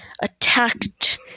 attacked